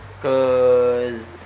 Cause